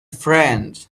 friend